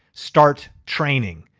start training,